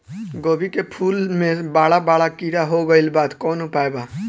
गोभी के फूल मे बड़ा बड़ा कीड़ा हो गइलबा कवन उपाय बा?